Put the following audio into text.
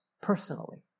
personally